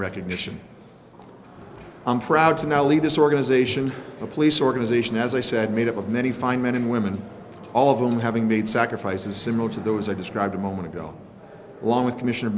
recognition i'm proud to now lead this organization a police organization as i said made up of many fine men and women all of them having made sacrifices similar to those i described a moment ago along with commissioner